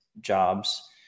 jobs